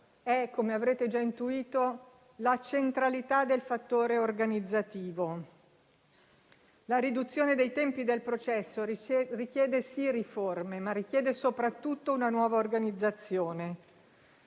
è, come avrete già intuito, la centralità del fattore organizzativo. La riduzione dei tempi del processo richiede riforme, ma soprattutto una nuova organizzazione.